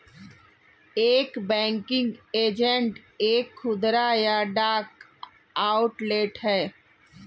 एक banking agent एक खुदरा या डाक आउटलेट है